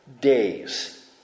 days